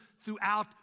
throughout